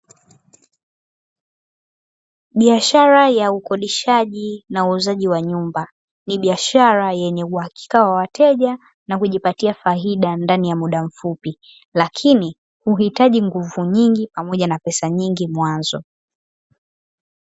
Biashara ya ukodishaji na uuzaji wa nyumba ni biashara yenye uhakika wa wateja na kujipatia kipato na faida ndani ya muda mfupi, lakini huhitaji nguvu nyingi na pesa nyingi mwanzo.